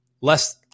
less